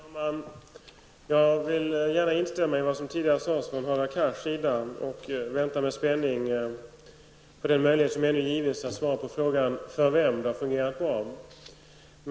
Herr talman! Jag vill gärna instämma i det som Hadar Cars tidigare sade. Jag väntar med spänning på det svar som det ännu finns möjlighet att ge på frågan om för vem det har fungerat bra.